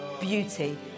Beauty